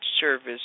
Service